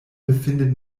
befindet